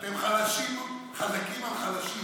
אתם חזקים על חלשים.